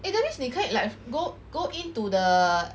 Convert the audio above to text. eh that means 你可以 like go go into the